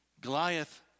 Goliath